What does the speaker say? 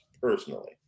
personally